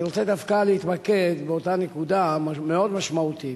אני רוצה דווקא להתמקד באותה נקודה מאוד משמעותית,